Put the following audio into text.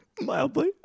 Mildly